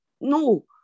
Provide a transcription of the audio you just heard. No